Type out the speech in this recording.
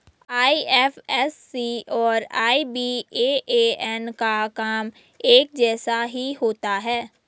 IFSC और IBAN का काम एक जैसा ही होता है